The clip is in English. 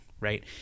right